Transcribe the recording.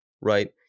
right